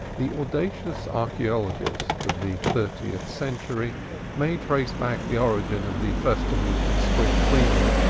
the audacious archaeologist of the thirtieth century may trace back the origin of the festival to the spring cleaning,